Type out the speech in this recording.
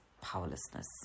powerlessness